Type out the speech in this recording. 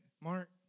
Mark